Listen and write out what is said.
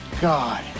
god